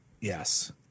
yes